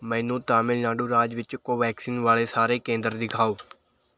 ਮੈਨੂੰ ਤਾਮਿਲਨਾਡੂ ਰਾਜ ਵਿੱਚ ਕੋਵੈਕਸਿਨ ਵਾਲੇ ਸਾਰੇ ਕੇਂਦਰ ਦਿਖਾਓ